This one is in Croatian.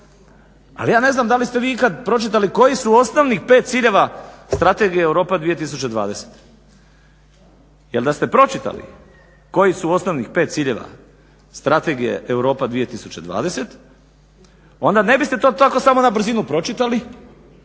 Ali ja ne znam da li ste vi ikad pročitali koji su osnovnih pet ciljeva Strategija Europa 2020 jer da ste pročitali koji su osnovnih 5 ciljeva Strategije Europa 2020 onda ne biste to tako na brzinu pročitali